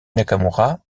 nakamura